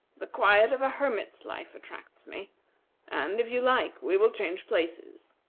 the quiet of a hermit's life attracts me and, if you like we will change places.